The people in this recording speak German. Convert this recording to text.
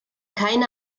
keine